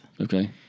Okay